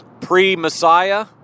Pre-Messiah